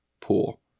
pool